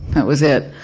that was it.